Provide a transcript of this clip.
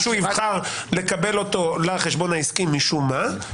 גם אם מישהו יבחר לקבל אותו לחשבון העסקי משום מה,